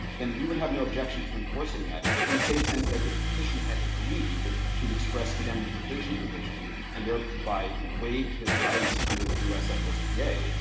then we would have no objection to enforcing that. in the same sense that if petitioner had agreed to and express indemnification provision and thereby, you know, waived his rights under the usfspa,